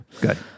Good